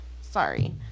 Sorry